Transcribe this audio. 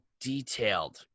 detailed